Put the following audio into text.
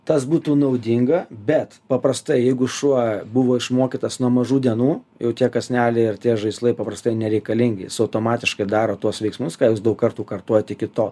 tas būtų naudinga bet paprastai jeigu šuo buvo išmokytas nuo mažų dienų jau tie kąsneliai ar tie žaislai paprastai nereikalingi jis automatiškai daro tuos veiksmus ką jūs daug kartų kartojot iki to